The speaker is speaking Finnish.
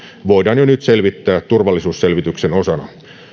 voidaan jo nyt selvittää turvallisuusselvityksen osana